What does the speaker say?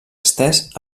estès